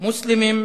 מוסלמים,